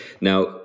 Now